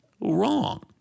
Wrong